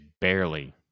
barely